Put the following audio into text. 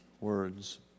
words